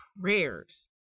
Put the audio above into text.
prayers